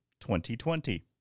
2020